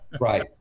Right